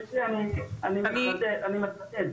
אני מחדד.